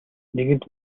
нэгэнт